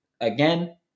Again